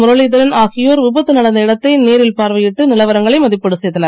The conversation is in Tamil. முரளீதரன் ஆகியோர் விபத்து நடந்த இடத்தை நேரில் பார்வையிட்டு நிலவரங்களை மதிப்பீடு செய்தனர்